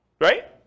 Right